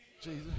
Jesus